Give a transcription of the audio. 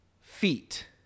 feet